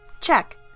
check